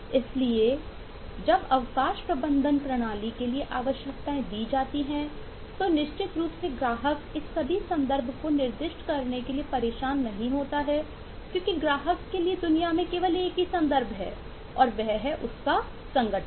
इसलिए जब अवकाश प्रबंधन प्रणाली के लिए आवश्यकताएं दी जाती हैं तो निश्चित रूप से ग्राहक इस सभी संदर्भ को निर्दिष्ट करने के लिए परेशान नहीं होता है क्योंकि ग्राहक के लिए दुनिया में केवल एक ही संदर्भ है और वह है उनका संगठन